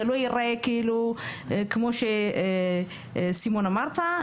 שזה לא ייראה כמו שסימון אמרת,